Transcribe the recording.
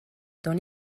dans